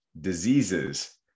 diseases